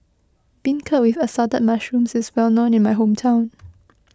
Beancurd with Assorted Mushrooms is well known in my hometown